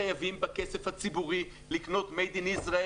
חייבים בכסף הציבורי לקנות תוצרת ישראלית